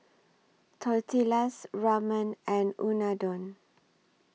Tortillas Ramen and Unadon